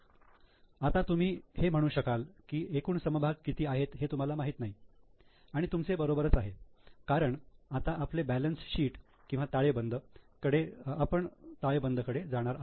आता तुम्ही हे म्हणू शकाल की एकूण समभाग किती आहेत हे तुम्हाला माहीत नाही आणि तुमचे बरोबरच आहे कारण आता आपण बॅलन्स शीट किंवा ताळेबंद कडे जाणार आहोत